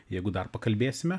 jeigu dar pakalbėsime